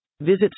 Visit